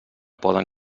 poden